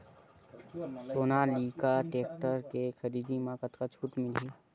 Sonalika tractor के खरीदी मा कतका छूट मीलही?